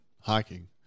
hiking